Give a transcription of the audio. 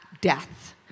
death